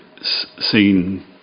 seen